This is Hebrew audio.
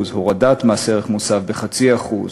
ב-0.5%